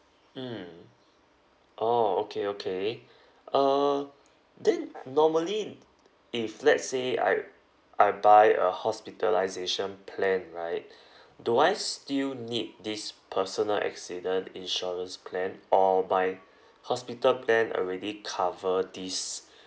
mm oh okay okay err then normally if let's say I I buy a hospitalisation plan right do I still need this personal accident insurance plan or my hospital plan already cover this